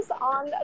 on